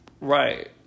Right